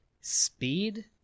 speed